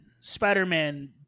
Spider-Man